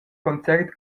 concert